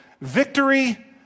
victory